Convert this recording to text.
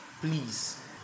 please